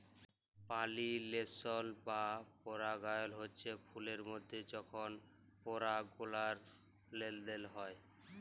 পালিলেশল বা পরাগায়ল হচ্যে ফুলের মধ্যে যখল পরাগলার লেলদেল হয়